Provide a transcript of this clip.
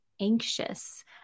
anxious